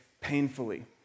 painfully